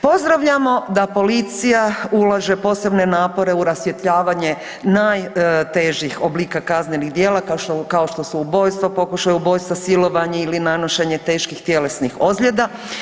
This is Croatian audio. Pozdravljamo da policija ulaže posebne napore u rasvjetljavanje najtežih oblika kaznenih djela kao što su ubojstva, pokušaj ubojstva, silovanje ili nanošenje teških tjelesnih ozljeda.